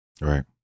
right